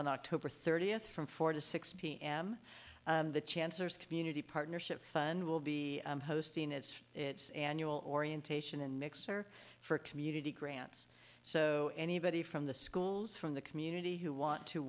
on october thirtieth from four to six p m the chancers community partnership fund will be hosting its its annual orientation and mixer for community grants so anybody from the schools from the community who want to